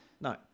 No